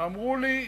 אמרו לי: